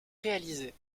réalisée